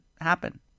happen